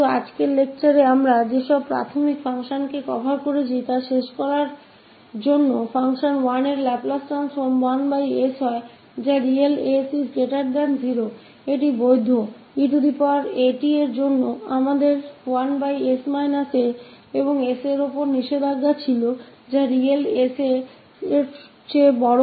और केवल सबसे महत्वपूर्ण प्राथमिक कार्यों को समाप्त करने के लिए जिन्हें हमने आज के व्याख्यान में शामिल किया है फ़ंक्शन 1 जिसका लाप्लास परिवर्तन 1sहै इस रियल s0 के लिए 𝑒𝑎𝑡 क लिए हमारे पास है 1s a और बंधन था की s रियल हो और a से बड़ा हो